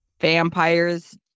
vampires